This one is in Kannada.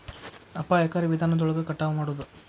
ಅಪಾಯಕಾರಿ ವಿಧಾನದೊಳಗ ಕಟಾವ ಮಾಡುದ